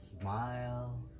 smile